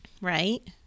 Right